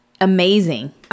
Amazing